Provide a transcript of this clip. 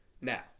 Now